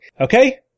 Okay